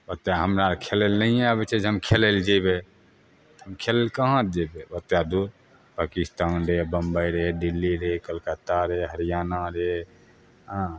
ओते हमरा खेलै लऽए नहिये आबै छै जे हम खेलै लए जेबै हम खेलै लऽ कहाँ जेबै ओते दूर पकिस्तान रे बम्बइ रे दिल्ली रे कलकत्ता रे हरियाणा रे हँ